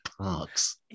Parks